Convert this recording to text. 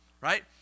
right